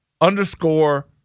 underscore